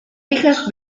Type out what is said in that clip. hijas